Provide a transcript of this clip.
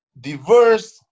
diverse